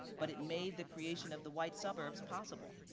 but it made the creation of the white suburbs possible.